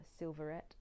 silverette